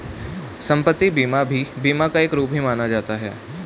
सम्पत्ति बीमा भी बीमा का एक रूप ही माना जाता है